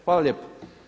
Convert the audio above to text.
Hvala lijepo.